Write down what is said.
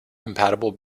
compatible